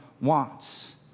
wants